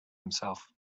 himself